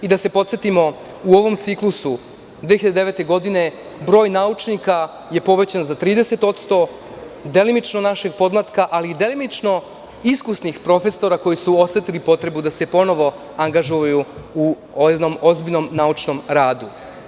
Da se podsetimo, u ovom ciklusu, 2009. godine broj naučnika je povećan za 30%, delimično našeg podmlatka, ali delimično i iskusnih profesora koji su osetili potrebu da se ponovo angažuju u ovom jednom ozbiljnom naučnom radu.